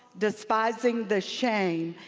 despising the shame,